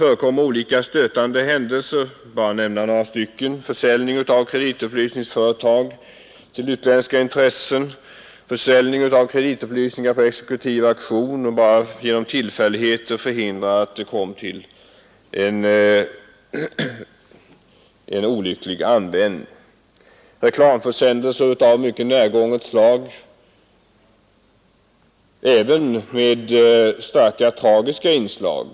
Jag skall bara nämna några exempel: försäljning av kreditupplysningsföretag till utländska intressen, försäljning av kreditupplysningar på exekutiv auktion, varvid bara en tillfällighet förhindrar att de kommer till en oavsedd och olycklig användning, reklamförsändelser av mycket närgånget slag, som även kan få starkt tragiska följder.